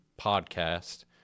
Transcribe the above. podcast